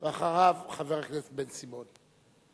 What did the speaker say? ואחריו, חבר הכנסת בן-סימון.